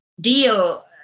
deal